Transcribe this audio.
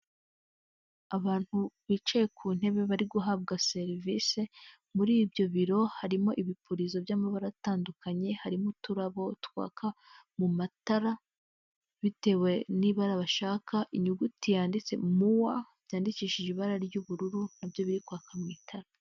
Abantu bicaye ku ntebe bari guhabwa serivisi muri ibyo biro harimo ibipirizo by'amabara atandukanye ,harimo uturabo twaka mu matara bitewe n'ibara bashaka inyuguti yanditseMUA byandikishije ibara ry'ubururu nabyo birikwaga mu itara.